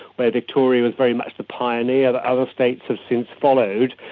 where victoria was very much the pioneer that other states have since followed,